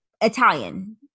Italian